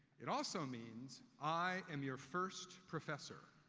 it also means i am your first professor.